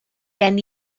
gen